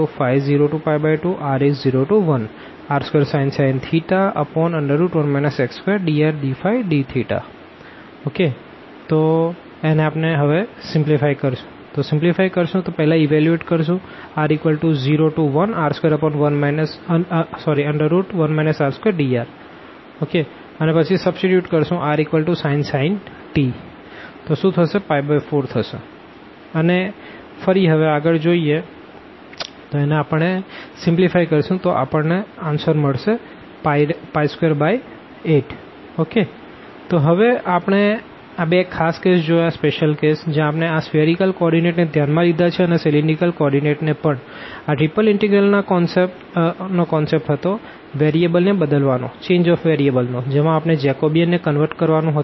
rsin t 12021 cos 2t dt 4 Iθ02ϕ02r01r2sin 1 r2drdϕdθ 40202sin dϕdθ 42 cos 02 28 તો હવે આપણે બે ખાસ કેસ જોયા છે જ્યાં આપણે આ સ્ફીઅરીકલ કો ઓર્ડીનેટ ને ધ્યાન માં લીધા છે અને સીલીન્દ્રીકલ કો ઓર્ડીનેટ ને પણ આ ત્રિપલ ઇનટેગ્રલ માં કોન્સેપ્ટ હતો વેરીએબલ ને બદલવા નો જેમાં આપણે જેકોબિયન ને કન્વર્ટ કરવાનું હતું